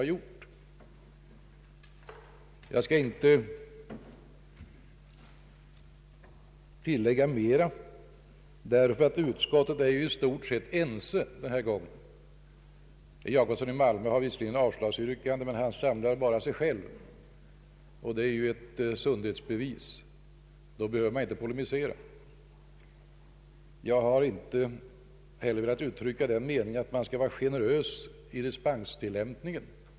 Jag skall inte tillägga mera därför att utskottet i stort sett är ense den här gången. Herr Jacobsson i Malmö har visserligen ett avslagsyrkande, men han samlar bara sig själv, och det är ju ett sundhetsbevis. Då behöver man inte polemisera. Jag har inte heller velat uttrycka den meningen att man skall vara generös vid dispenstillämpningen.